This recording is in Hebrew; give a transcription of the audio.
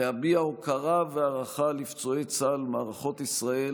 להביע הוקרה והערכה לפצועי צה"ל ומערכות ישראל